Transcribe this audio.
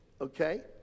okay